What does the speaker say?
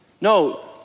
No